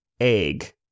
egg